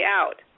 out